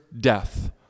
death